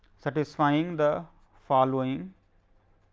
satisfying the following